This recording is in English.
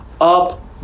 up